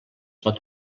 pot